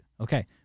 Okay